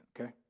okay